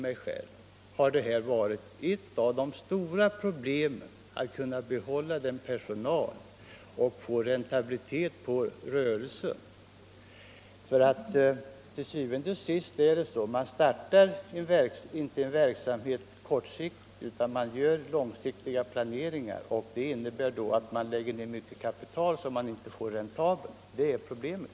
mig själv har ett av de stora problemen varit att kunna behålla personalen och få räntabilitet på rörelsen. Til syvende og sidst är det ju så att man inte startar en verksamhet kortsiktigt, utan man gör långsiktiga planeringar och lägger ned mycket kapital som sedan inte blir räntabelt — det är problemet.